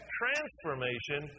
transformation